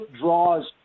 draws